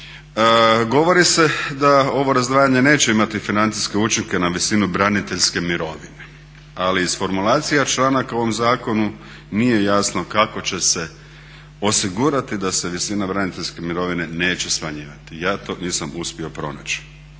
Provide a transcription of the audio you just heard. Govori se da ovo razdvajanje neće imati financijske učinke na vidinu braniteljske mirovine, ali iz formulacija članaka u ovom zakonu nije jasno kako će se osigurati da se visina braniteljske mirovine neće smanjivati. Ja to nisam uspio pronaći